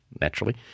naturally